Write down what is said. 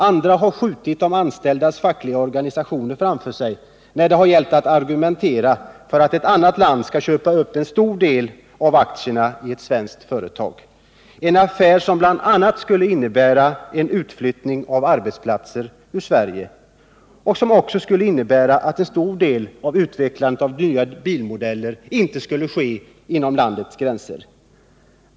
Andra har skjutit de anställdas fackliga organisationer framför sig, när det har gällt att argumentera för att ett land skall köpa upp en stor del av aktierna i ett svenskt företag, en affär som bl.a. skulle innebära en utflyttning av arbetsplatser ur Sverige och som också skulle innebära att en stor del av utvecklandet av nya bilmodeller inte skulle ske inom landets gränser.